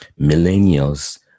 Millennials